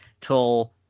Till